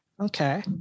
Okay